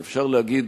ואפשר להגיד,